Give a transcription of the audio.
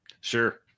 Sure